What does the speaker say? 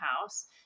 house